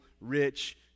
rich